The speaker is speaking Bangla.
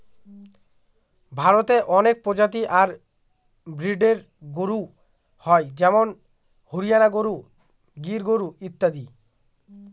ভারতে অনেক প্রজাতি আর ব্রিডের গরু হয় যেমন হরিয়ানা গরু, গির গরু ইত্যাদি